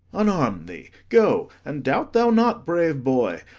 unarm thee, go and doubt thou not, brave boy,